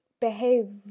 behave